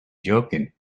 joking